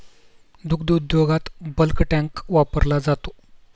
दुग्ध उद्योगात bulk tank वापरला जातो